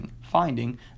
finding